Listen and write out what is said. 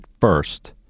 first